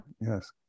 Yes